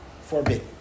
forbidden